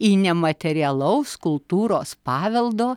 į nematerialaus kultūros paveldo